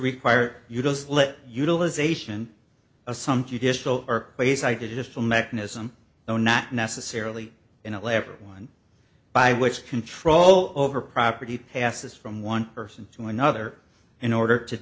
require you to slip utilization of some judicial or ways i did just a mechanism though not necessarily an elaborate one by which control over property passes from one person to another in order to